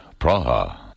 Praha